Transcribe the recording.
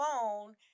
phone